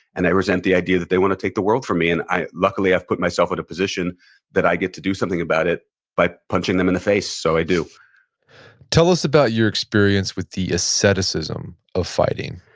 and i resent the idea that they want to take the world for me. and luckily i've put myself at a position that i get to do something about it by punching them in the face, so i do tell us about your experience with the asceticism of fighting?